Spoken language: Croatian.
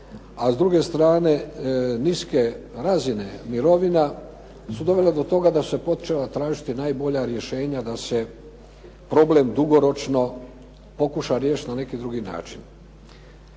a s druge strane niske razine mirovina su dovele do toga da su se počela tražiti najbolja rješenja da se problem dugoročno pokuša riješiti na neki drugi način.